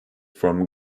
from